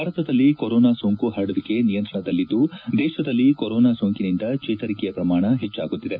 ಭಾರತದಲ್ಲಿ ಕೊರೊನಾ ಸೋಂಕು ಪರಡುವಿಕೆ ನಿಯಂತ್ರಣದಲ್ಲಿದ್ದು ದೇಶದಲ್ಲಿ ಕೊರೊನಾ ಸೋಂಕಿನಿಂದ ಚೇತರಿಕೆಯ ಪ್ರಮಾಣ ಹೆಚ್ಚಾಗುತ್ತಿದೆ